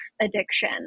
addiction